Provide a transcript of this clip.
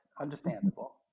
Understandable